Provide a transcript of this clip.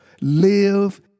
Live